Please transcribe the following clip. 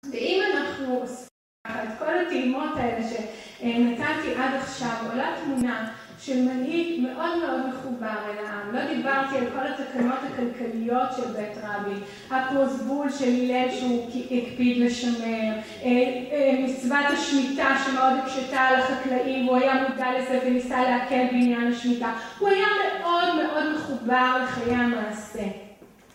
ואם אנחנו עוסקים ביחד, כל הטעימות האלה שנתתי עד עכשיו, עולה תמונה של מנהיג מאוד מאוד מחובר אל העם. לא דיברתי על כל התקנות הכלכליות של בית רבי, הפוסבול של מילא שהוא הקפיד לשמר, מצוות השמיטה שמאוד הקשתה על החקלאים, הוא היה מודע לזה וניסה להקל בעניין השמיטה. הוא היה מאוד מאוד מחובר לחיי המעשה.